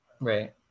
Right